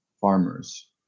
farmers